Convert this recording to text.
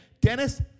Dennis